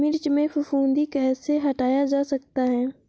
मिर्च में फफूंदी कैसे हटाया जा सकता है?